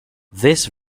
this